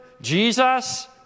Jesus